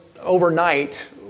overnight